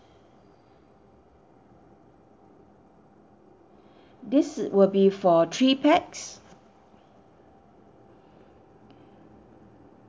this will be for three pax